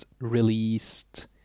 released